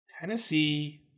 Tennessee